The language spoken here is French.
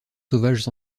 sauvages